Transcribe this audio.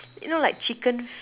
you know like chicken